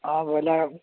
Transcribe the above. অঁ ব্ৰয়লাৰ